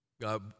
God